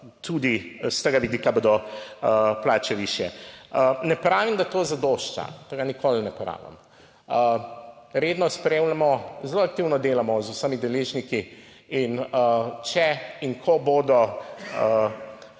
tudi s tega vidika, bodo plače višje. Ne pravim, da to zadošča, tega nikoli ne pravim. Redno spremljamo, zelo aktivno delamo z vsemi deležniki in če in ko bodo